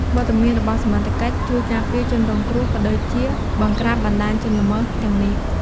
វត្តមានរបស់សមត្ថកិច្ច ជួយ ការពារជនរងគ្រោះ ក៏ដូចជា បង្ក្រាបបណ្តាញបទល្មើស ទាំងនេះ។